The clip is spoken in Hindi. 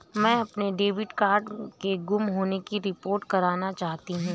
मैं अपने डेबिट कार्ड के गुम होने की रिपोर्ट करना चाहती हूँ